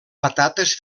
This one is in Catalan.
patates